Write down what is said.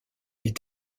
est